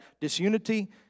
disunity